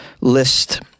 list